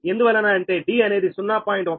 052 ఎందువలన అంటే d అనేది 0